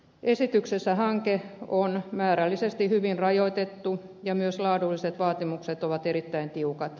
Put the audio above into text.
esityksessä hanke on määrällisesti hyvin rajoitettu ja myös laadulliset vaatimukset ovat erittäin tiukat